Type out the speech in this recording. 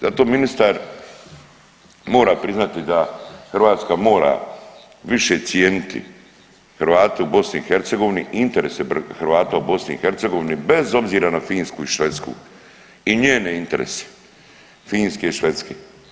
Zato ministar mora priznati da Hrvatska mora više cijeniti Hrvate u BiH, interese Hrvata u BiH bez obzira na Finsku i Švedsku i njene interese, Finske i Švedske.